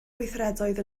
gweithredoedd